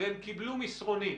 קיבלו מסרון.